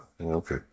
okay